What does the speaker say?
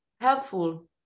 helpful